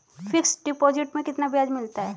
Fix deposit में कितना ब्याज मिलता है?